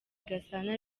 gasana